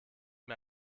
mir